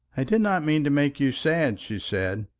i did not mean to make you sad, she said.